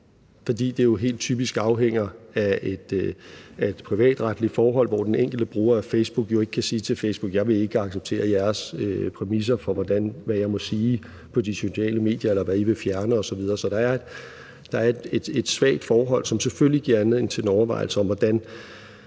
fordi det jo helt typisk afhænger af et privatretligt forhold, hvor den enkelte bruger af Facebook jo ikke kan sige til Facebook: Jeg vil ikke acceptere jeres præmisser for, hvad jeg må sige på de sociale medier, eller hvad I vil fjerne osv. Så der et svagt forhold, som selvfølgelig giver anledning til nogle overvejelser om, hvordan